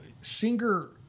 Singer